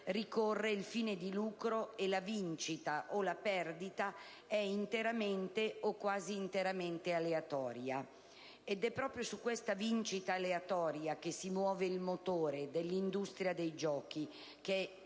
ricorre il fine di lucro e la vincita o la perdita è interamente o quasi interamente aleatoria. È proprio su questa vincita aleatoria che si muove il motore dell'industria dei giochi, che